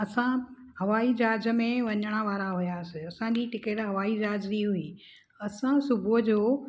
असां हवाई जहाज में वञण वारा हुआसीं असांजी टिकेट हवाई ज़हाज जी हुई असां सुबुह जो